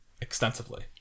extensively